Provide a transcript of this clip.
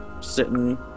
sitting